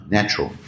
Natural